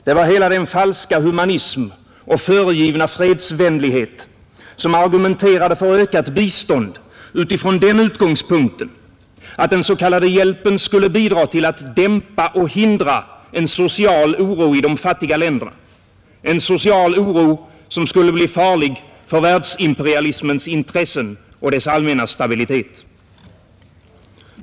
Det var hela den falska humanism och föregivna fredsvänlighet som argumenterade för ökat bistånd utifrån den utgångspunkten, att den s.k. hjälpen skulle bidra till att dimpa och hindra en social oro i de fattiga länderna, en social oro som skulle bli farlig för världsimperialismens intressen och dess allmänna stabilitet.